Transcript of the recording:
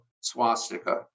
swastika